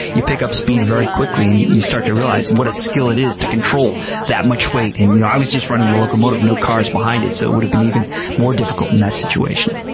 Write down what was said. you pick up speed very quickly and you start to realize and what a skill it is to control that much weight. and you know i was just running the locomotive, no cars behind it, so it would've been even more difficult in that situation.